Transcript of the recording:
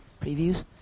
previews